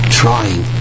trying